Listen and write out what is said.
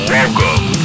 Welcome